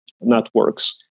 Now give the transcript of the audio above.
networks